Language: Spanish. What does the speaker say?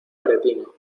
aretino